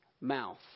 mouth